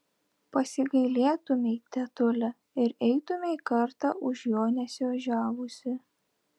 pasigailėtumei tetule ir eitumei kartą už jo nesiožiavusi